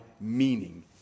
meaning